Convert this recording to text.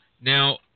now